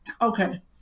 Okay